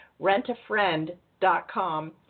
rentafriend.com